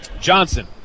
Johnson